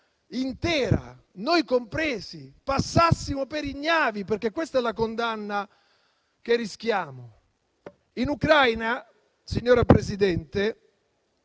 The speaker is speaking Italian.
intera, noi compresi, passassimo per ignavi? Questa è la condanna che rischiamo. In Ucraina, signora Presidente,